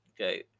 Okay